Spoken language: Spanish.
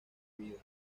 comida